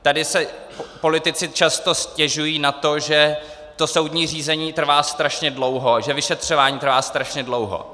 Tady si politici často stěžují na to, že soudní řízení trvá strašně dlouho, že vyšetřování trvá strašně dlouho.